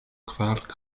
kvar